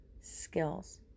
skills